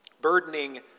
burdening